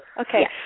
Okay